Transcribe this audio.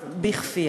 בכפייה.